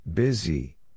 Busy